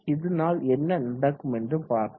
இதனால் என்ன நடக்குமென்று பார்ப்போம்